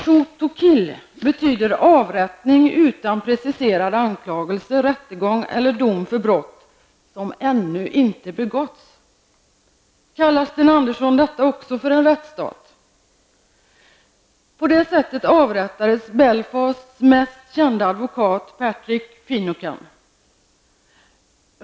''Shoot to kill'' betyder avrättning utan preciserad anklagelse, rättegång eller dom för brott som ännu inte begåtts. Kallar Sten Andersson det för en ''rättsstat''? Så avrättades Belfasts mest kände advokat Patrick Finucane.